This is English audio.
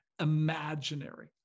imaginary